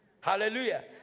Hallelujah